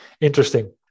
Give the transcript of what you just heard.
Interesting